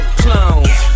clones